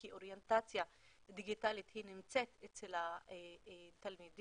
כי אוריינטציה דיגיטלית נמצאת אצל התלמידים.